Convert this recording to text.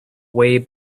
way